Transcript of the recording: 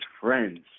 friends